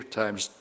times